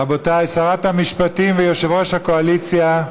רבותיי, שרת המשפטים ויושב-ראש הקואליציה,